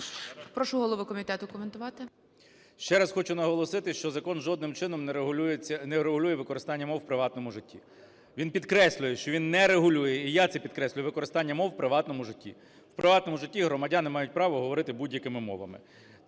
Прошу голову комітету коментувати. 13:31:37 КНЯЖИЦЬКИЙ М.Л. Ще раз хочу наголосити, що закон жодним чином не регулює використання мов в приватному житті. Він підкреслює, що він не регулює, і я це підкреслюю, використання мов в приватному житті. В приватному житті громадяни мають право говорити будь-якими мовами.